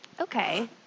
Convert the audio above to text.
Okay